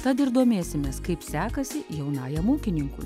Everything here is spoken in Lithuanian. tad ir domėsimės kaip sekasi jaunajam ūkininkui